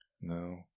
No